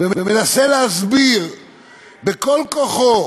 ומנסה להסביר בכל כוחו,